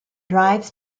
drives